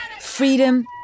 freedom